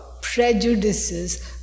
prejudices